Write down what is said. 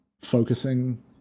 focusing